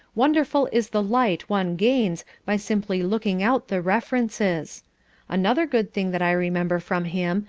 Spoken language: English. wonderful is the light one gains by simply looking out the references another good thing that i remember from him,